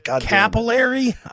capillary